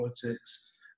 politics